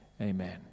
Amen